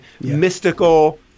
mystical